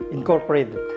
Incorporated